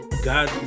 God